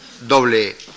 doble